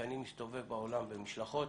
כשאני מסתובב בעולם במשלחות,